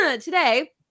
today